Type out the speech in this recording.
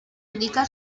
indica